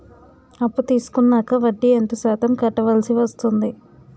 అప్పు తీసుకున్నాక వడ్డీ ఎంత శాతం కట్టవల్సి వస్తుంది?